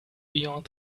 beyond